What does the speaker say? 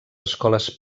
escoles